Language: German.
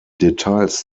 details